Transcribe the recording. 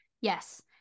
Yes